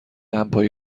دمپایی